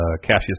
Cassius